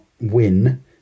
win